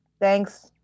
Thanks